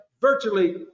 virtually